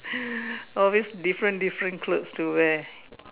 always different different clothes to wear